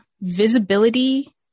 visibility